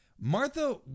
Martha